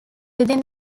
within